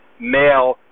male